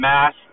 Mass